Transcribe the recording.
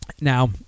Now